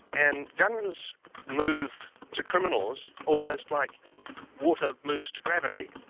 and guns move to criminals almost like water moves to gravity.